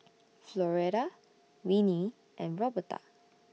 Floretta Winnie and Roberta